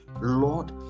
Lord